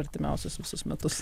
artimiausius visus metus